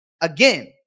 again